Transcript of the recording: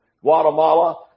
Guatemala